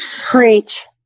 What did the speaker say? Preach